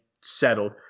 settled